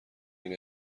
این